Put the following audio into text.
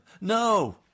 No